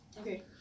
Okay